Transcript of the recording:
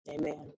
Amen